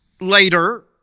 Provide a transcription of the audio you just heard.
later